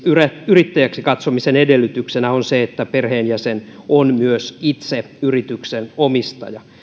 yrittäjäksi katsomisen edellytyksenä on se että perheenjäsen on myös itse yrityksen omistaja